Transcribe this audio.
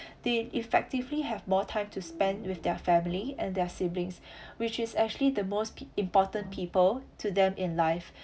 they effectively have more time to spend with their family and their siblings which is actually the most p~ important people to them in life